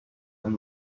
and